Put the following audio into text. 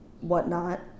whatnot